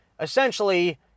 essentially